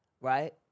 right